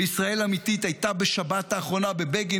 וישראל האמיתית הייתה בשבת האחרונה בבגין